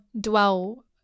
dwell